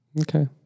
Okay